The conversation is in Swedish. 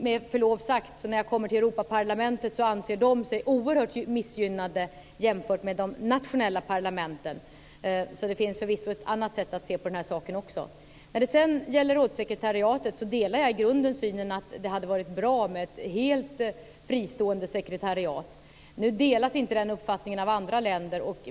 Med förlov sagt anser sig Europaparlamentet oerhört missgynnat jämfört med de nationella parlamenten. Så det finns också ett annat sätt att se på den här saken. När det gäller rådssekretariatet delar jag i grunden synen att det hade varit bra med ett helt fristående sekretariat. Nu delas inte den uppfattningen av andra länder.